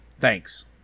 Thanks